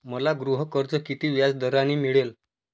मला गृहकर्ज किती व्याजदराने मिळेल?